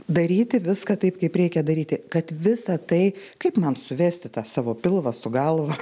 daryti viską taip kaip reikia daryti kad visa tai kaip man suvesti tą savo pilvą su galva